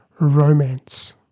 romance